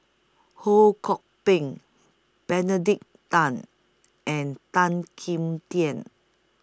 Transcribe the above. Ho Kwon Ping Benedict Tan and Tan Kim Tian